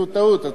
אז עשינו טעות.